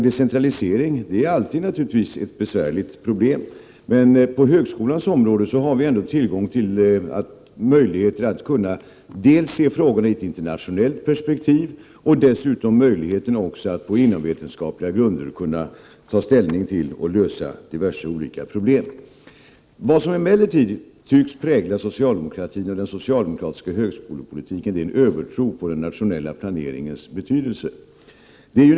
Decentraliseringen är naturligtvis alltid ett besvärligt problem. På högskolans område har vi ändå möjligheter att dels se frågorna i ett internationellt perspektiv, dels på inomvetenskapliga grunder kunna ta ställning till och lösa diverse olika problem. Det som tycks prägla socialdemokratin och den socialdemokratiska högskolepolitiken är en övertro på den nationella planeringens betydelse.